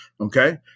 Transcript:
Okay